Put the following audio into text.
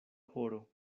horo